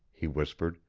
he whispered,